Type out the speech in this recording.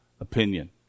opinion